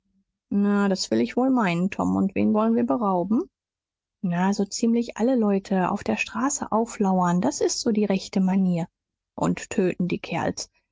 na das will ich wohl meinen tom und wen wollen wir berauben na so ziemlich alle leute auf der straße auflauern das ist so die rechte manier und töten die kerls